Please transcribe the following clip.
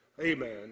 amen